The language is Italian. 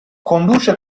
conduce